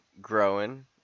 growing